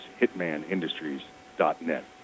hitmanindustries.net